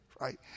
right